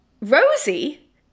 Rosie